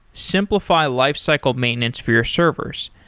simplify lifecycle maintenance for your servers.